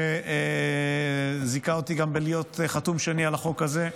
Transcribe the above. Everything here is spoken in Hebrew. שגם זיכה אותי בלהיות חתום שני על החוק הזה.